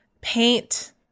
paint